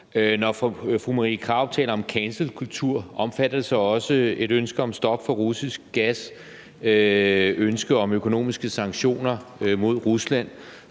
Når fru Marie Krarup taler om cancelkultur, omfatter det så også et ønske om stop for russisk gas, et ønske om økonomiske sanktioner mod Rusland,